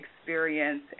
experience